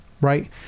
right